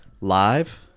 live